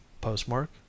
postmark